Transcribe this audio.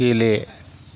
गेले